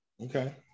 Okay